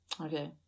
Okay